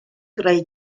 greu